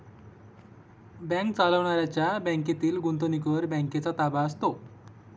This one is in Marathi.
बँक चालवणाऱ्यांच्या बँकेतील गुंतवणुकीवर बँकेचा ताबा असतो